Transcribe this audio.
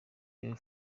your